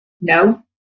no